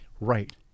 right